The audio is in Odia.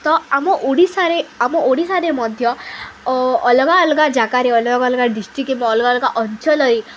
ତ ଆମ ଓଡ଼ିଶାରେ ଆମ ଓଡ଼ିଶାରେ ମଧ୍ୟ ଅଲଗା ଅଲଗା ଜାଗାରେ ଅଲଗା ଅଲଗା ଡିଷ୍ଟ୍ରିକ୍ ଅଲଗା ଅଲଗା ଅଞ୍ଚଳରେ